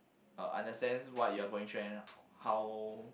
uh understands what you are going through and how